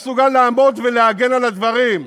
ואני מסוגל לעמוד ולהגן על הדברים.